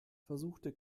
versuchte